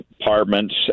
apartments